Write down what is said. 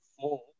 four